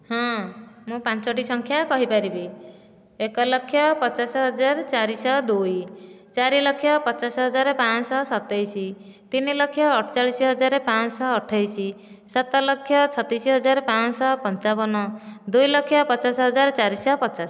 ହଁ ମୁଁ ପାଞ୍ଚୋଟି ସଂଖ୍ୟା କହିପାରିବି ଏକଲକ୍ଷ ପଚାଶହଜାର ଚାରିଶହ ଦୁଇ ଚାରିଲକ୍ଷ ପଚାଶହଜାର ପାଞ୍ଚ ଶହ ସତେଇଶ ତିନିଲକ୍ଷ ଅଠଚାଳିଶହଜାର ପାଞ୍ଚ ଶହ ଅଠେଇଶ ସାତଲକ୍ଷ ଛତିଶହଜାର ପାଞ୍ଚ ଶହ ପଞ୍ଚାବନ ଦୁଇଲକ୍ଷ ପଚାଶହଜାର ଚାରିଶହ ପଚାଶ